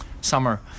summer